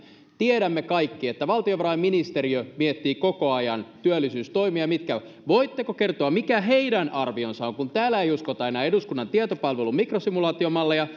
tiedämme kaikki että valtiovarainministeriö miettii koko ajan työllisyystoimia ja arvostaisin nyt kovasti valtiovarainministeri lintilä jos voisitte kertoa mikä heidän arvionsa on kun täällä ei uskota enää eduskunnan tietopalvelun mikrosimulaatiomalleja